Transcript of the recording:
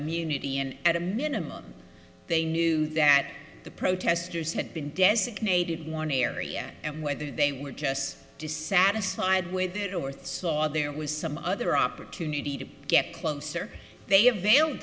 immunity and at a minimum they knew that the protesters had been designated morny area and whether they were just dissatisfied with the north there was some other opportunity to get closer they avail